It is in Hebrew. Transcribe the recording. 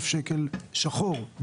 1,000 שקלים ליום.